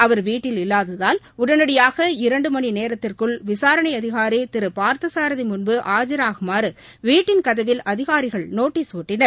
அவா் வீட்டில் இல்லாததால் உடனடியாக இரண்டு மணி நேரத்திற்குள் விசாரணை அரதிகாரி திரு பார்த்தசாரதி முன்பு ஆஜராகுமாறு வீட்டின் கதவில் அதிகாரிகள் நோட்டீஸ் ஒட்டின்